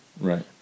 Right